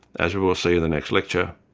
as you will see in the next lecture,